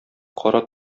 кара